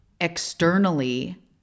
externally